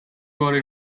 were